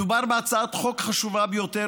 מדובר בהצעת חוק חשובה ביותר,